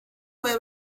fue